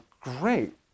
great